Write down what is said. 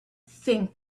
think